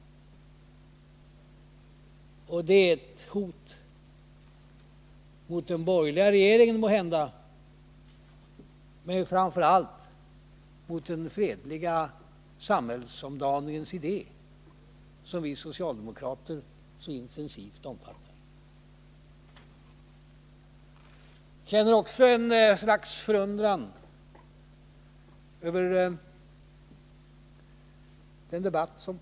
Detta är måhända ett hot mot den borgerliga regeringen men framför allt mot den fredliga samhällsomdaningens idé, som vi socialdemokrater så intensivt omfattar. Jag känner också ett slags förundran över den pågående debatten.